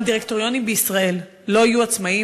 אם דירקטוריונים בישראל לא יהיו עצמאיים,